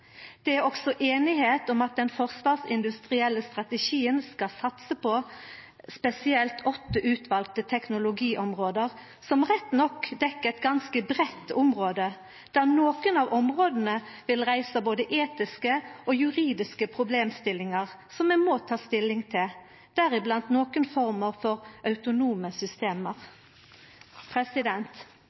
Det er også einigheit om at den forsvarsindustrielle strategien skal satsa på spesielt åtte utvalde teknologiområde, som rett nok dekkjer eit ganske breitt område, der nokre av områda vil reisa både etiske og juridiske problemstillingar som vi må ta stilling til, deriblant nokre former for autonome